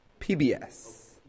PBS